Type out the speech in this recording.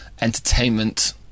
entertainment